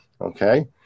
Okay